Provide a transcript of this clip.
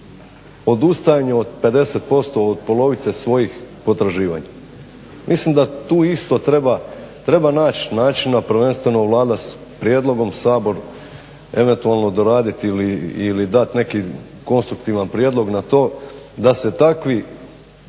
odustajanje od 50% od polovice svojih potraživanja. Mislim da tu isto treba naći načina prvenstveno Vlada prijedlogom Sabor eventualno doraditi ili dati neki konstruktivan prijedlog na to da se takvi